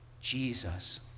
Jesus